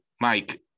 Mike